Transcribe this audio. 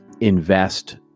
invest